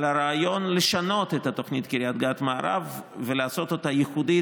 על הרעיון לשנות את התוכנית קריית גת מערב ולעשות אותה ייעודית,